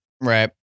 Right